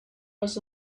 was